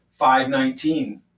5.19